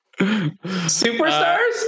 superstars